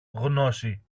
γνώση